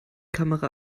kamera